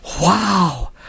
wow